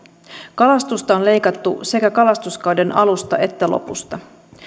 kalastusta on leikattu sekä kalastuskauden alusta että lopusta